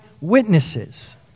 witnesses